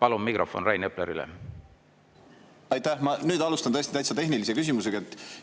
Palun mikrofon Rain Eplerile! Aitäh! Ma nüüd alustan tõesti täitsa tehnilise küsimusega.